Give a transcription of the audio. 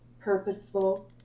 purposeful